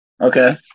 Okay